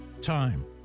Time